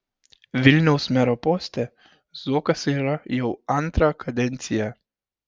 vilniaus mero poste zuokas yra jau antrą kadenciją